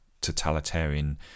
totalitarian